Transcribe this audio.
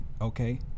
okay